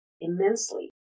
immensely